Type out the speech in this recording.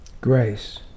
Grace